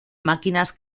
máquinas